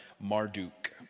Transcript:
Marduk